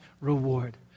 reward